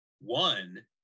One